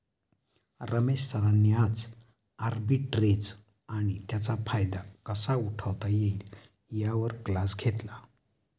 रमेश सरांनी आज आर्बिट्रेज आणि त्याचा फायदा कसा उठवता येईल यावर क्लास घेतला